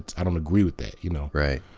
i don't agree with it. you know right,